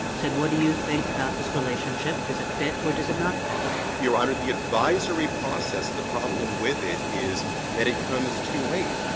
said what do you think about this relationship? does it fit or does it not fit? rosenkranz your honor, the advisory process, the problem with it is that it comes too late.